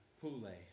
Pule